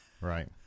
right